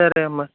సరే అమ్మ